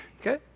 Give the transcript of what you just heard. Okay